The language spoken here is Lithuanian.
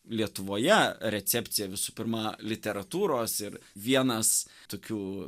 lietuvoje recepciją visų pirma literatūros ir vienas tokių